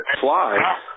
fly